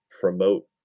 promote